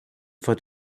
for